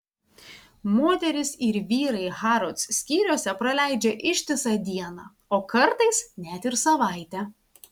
moterys ir vyrai harrods skyriuose praleidžia ištisą dieną o kartais net ir savaitę